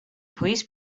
police